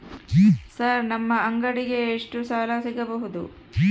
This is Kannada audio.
ಸರ್ ನಮ್ಮ ಅಂಗಡಿಗೆ ಎಷ್ಟು ಸಾಲ ಸಿಗಬಹುದು?